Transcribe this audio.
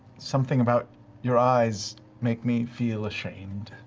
something about your eyes make me feel ashamed.